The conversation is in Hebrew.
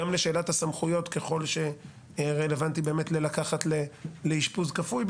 גם ככל שרלוונטי לקחת לאשפוז כפוי,